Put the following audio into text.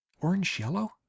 orange-yellow